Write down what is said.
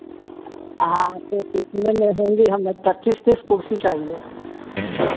हाँ तो कितने में होंगी हमें पच्चीस तीस कुर्सी चाहिए